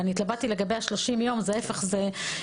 התלבטתי לגבי ה-30 ימים אבל זה אומר לא